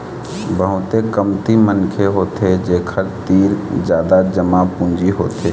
बहुते कमती मनखे होथे जेखर तीर जादा जमा पूंजी होथे